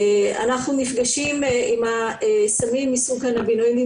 אנחנו נפגשים עם הסמים מסוג קנבינואידים